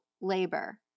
labor